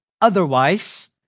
Otherwise